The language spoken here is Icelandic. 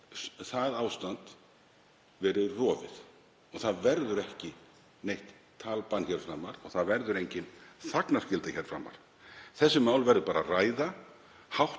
það ástand verið rofið. Það verður ekki neitt talbann hér framar og það verður engin þagnarskylda hér framar. Þessi mál verður að ræða